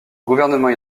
gouvernement